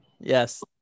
yes